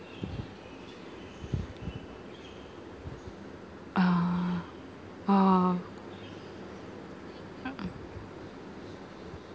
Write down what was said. ah oh